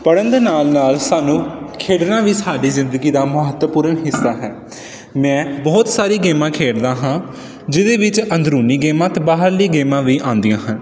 ਪੜ੍ਹਨ ਦੇ ਨਾਲ ਨਾਲ ਸਾਨੂੰ ਖੇਡਣਾ ਵੀ ਸਾਡੀ ਜ਼ਿੰਦਗੀ ਦਾ ਮਹੱਤਵਪੂਰਨ ਹਿੱਸਾ ਹੈ ਮੈਂ ਬਹੁਤ ਸਾਰੀ ਗੇਮਾਂ ਖੇਡਦਾ ਹਾਂ ਜਿਹਦੇ ਵਿੱਚ ਅੰਦਰੂਨੀ ਗੇਮਾਂ ਅਤੇ ਬਾਹਰਲੀ ਗੇਮਾਂ ਵੀ ਆਉਂਦੀਆਂ ਹਨ